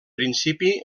principi